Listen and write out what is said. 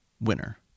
winner